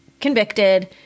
convicted